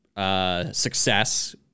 Success